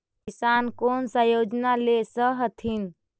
किसान कोन सा योजना ले स कथीन?